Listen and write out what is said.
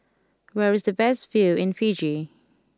where is the best view in Fiji